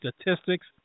statistics